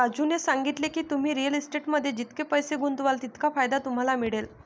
राजूने सांगितले की, तुम्ही रिअल इस्टेटमध्ये जितके पैसे गुंतवाल तितका फायदा तुम्हाला मिळेल